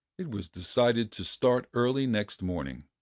it-was decided to start early next morning.